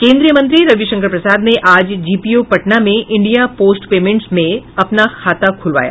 केंद्रीय मंत्री रविशंकर प्रसाद ने आज जीपीओ पटना में इंडिया पोस्ट पेमेंट्स में अपना खाता खुलवाया